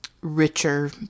richer